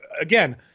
again